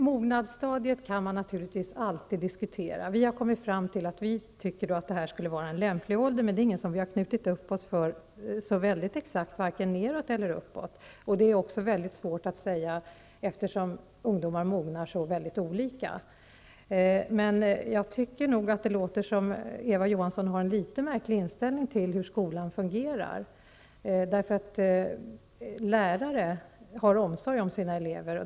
Herr talman! Man kan naturligtvis alltid diskutera mognadsstadiet. Vi har kommit fram till att detta vore en lämplig ålder, men det är inte någonting som vi har låst oss för, vare sig nedåt eller uppåt i åldrarna. Detta är också väldigt svårt att avgöra, eftersom ungdomar mognar så väldigt olika. Jag tycker nog att Eva Johansson har en litet märklig inställning till hur skolan fungerar. Lärare har omsorg om sina elever.